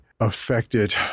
affected